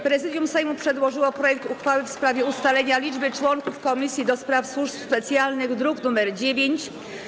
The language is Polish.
Prezydium Sejmu przedłożyło projekt uchwały w sprawie ustalenia liczby członków Komisji do Spraw Służb Specjalnych, druk nr 9.